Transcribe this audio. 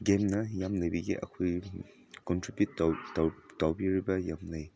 ꯒꯦꯝꯅ ꯌꯥꯝ ꯂꯩꯕꯒꯤ ꯑꯩꯈꯣꯏ ꯀꯟꯇ꯭ꯔꯤꯕ꯭ꯌꯨꯠ ꯇꯧꯕꯤꯔꯤꯕ ꯌꯥꯝ ꯂꯩ